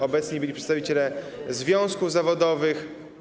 Obecni byli przedstawiciele związków zawodowych.